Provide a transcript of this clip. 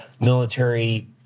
military